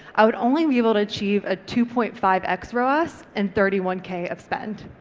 i would only be able to achieve a two point five x roas and thirty one k of spend.